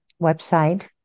website